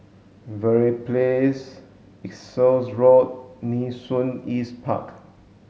Verde Place Essex Road Nee Soon East Park